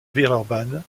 villeurbanne